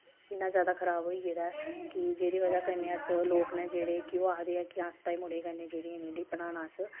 इन्ना जैदा खराब होई गेदा ऐ कि जेह्दी बजह् कन्नै अस लोक न जेह्ड़े कि ओह् आखदे ऐ कि अस भाई मुड़े कन्नै इ'नेंगी नेईं पढ़ाना असें